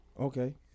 Okay